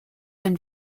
and